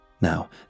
Now